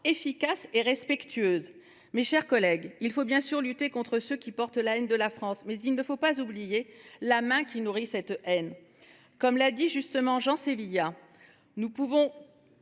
efficace et respectueuse. Mes chers collègues, il faut bien sûr lutter contre ceux qui portent la haine de la France, mais il ne faut pas oublier la main qui nourrit cette haine. Comme l’a justement indiqué Jean Sévillia, on « pourra